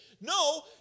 No